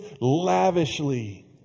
lavishly